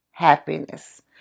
happiness